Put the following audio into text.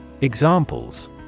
Examples